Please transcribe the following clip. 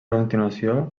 continuació